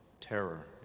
terror